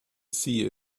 see